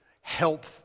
help